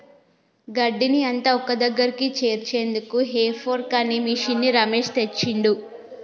గడ్డిని అంత ఒక్కదగ్గరికి చేర్చేందుకు హే ఫోర్క్ అనే మిషిన్ని రమేష్ తెచ్చిండు